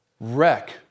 wreck